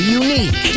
unique